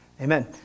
Amen